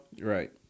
Right